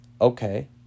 Okay